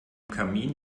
kamin